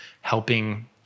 helping